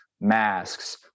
masks